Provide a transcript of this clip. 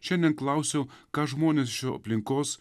šiandien klausiu ką žmonės iš jo aplinkos